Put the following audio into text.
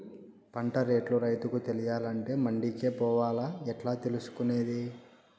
పంట రేట్లు రైతుకు తెలియాలంటే మండి కే పోవాలా? ఎట్లా తెలుసుకొనేది?